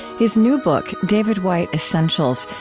his new book, david whyte essentials,